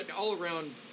all-around